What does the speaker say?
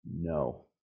no